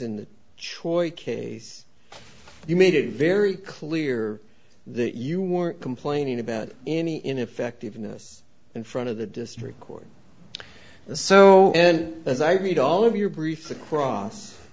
choice case you made it very clear that you weren't complaining about any ineffectiveness in front of the district court so and as i read all of your briefs across